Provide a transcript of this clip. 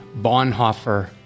Bonhoeffer